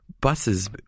buses